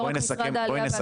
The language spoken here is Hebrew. לא רק משרד העלייה והקליטה.